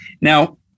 Now